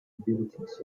abilities